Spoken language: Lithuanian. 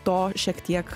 to šiek tiek